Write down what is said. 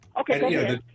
okay